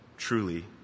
Truly